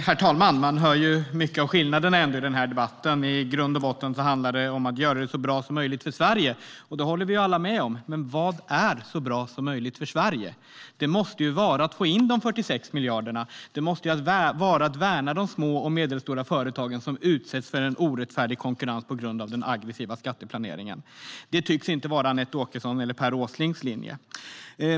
Herr talman! Man hör mycket av skillnaderna i denna debatt. I grund och botten handlar det om att göra det så bra som möjligt för Sverige, och det håller vi alla med om. Men vad är då så bra som möjligt för Sverige? Det måste vara att få in de 46 miljarderna. Det måste vara att värna de små och medelstora företagen som utsätts för orättfärdig konkurrens på grund av den aggressiva skatteplaneringen. Det tycks dock inte vara Anette Åkessons eller Per Åslings linje.